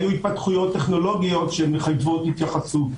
היו התפתחויות טכנולוגיות שמחייבות התייחסות.